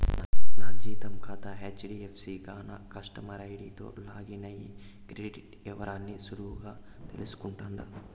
నా జీతం కాతా హెజ్డీఎఫ్సీ గాన కస్టమర్ ఐడీతో లాగిన్ అయ్యి క్రెడిట్ ఇవరాల్ని సులువుగా తెల్సుకుంటుండా